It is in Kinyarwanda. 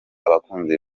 abakunzi